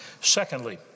Secondly